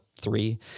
three